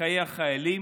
בחיי החיילים